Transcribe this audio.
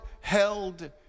held